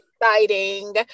exciting